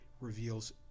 reveals